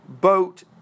boat